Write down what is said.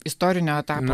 istorinio etapo